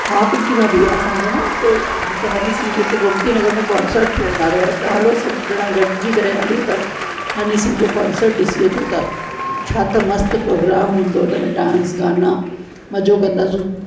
हा पिंकी भाभी असांजो न उते हिते हन्नी सिंह जो गोमतीनगर में कॉन्सर्ट थियण वारो आहे त हलो सभु ॼणा गॾिजी करे हलूं था हन्नी सिंह जो कॉन्सर्ट ॾिसी अचूं था छा त मस्तु प्रोग्राम हूंदो उन में डांस गाना मज़ो कंदासीं